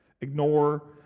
ignore